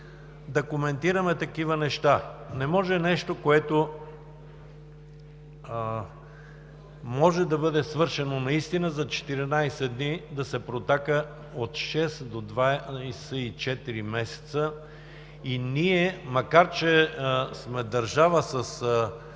да коментираме такива неща. Не може нещо, което може да бъде свършено наистина за 14 дни, да се протака от шест до двадесет и четири месеца и ние, макар че сме държава с